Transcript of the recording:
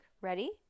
Ready